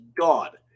God